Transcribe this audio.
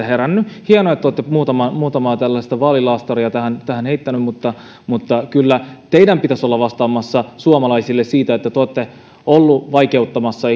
heränneet hienoa että te olette muutamaa tällaista vaalilaastaria tähän tähän heittäneet mutta mutta kyllä teidän pitäisi olla vastaamassa suomalaisille siitä että te olette olleet vaikeuttamassa